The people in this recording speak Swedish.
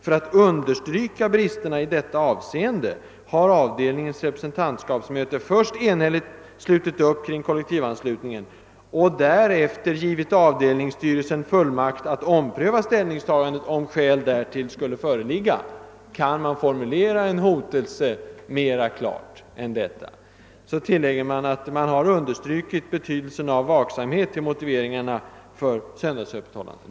För att understryka bristerna i detta avseende har avdelningens representantskapsmöte först enhälligt slutit upp kring kollektivanslutningen och därefter givit avdelningsstyrelsen fullmakt att ompröva ställningstagandet om skäl därtill skulle föreligga.> Kan man formulera en hotelse mera klart än på detta sätt? Så tillägger man att man har »understrukit behovet av vaksamhet till motiveringarna för söndagsöppethållande«.